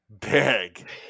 big